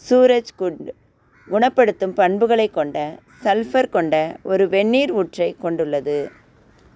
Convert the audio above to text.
சூரஜ்குண்ட் குணப்படுத்தும் பண்புகளைக் கொண்ட சல்பர் கொண்ட ஒரு வெந்நீர் ஊற்றைக் கொண்டுள்ளது